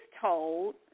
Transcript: told